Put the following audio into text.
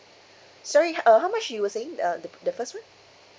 sorry uh how much you were saying uh the the first one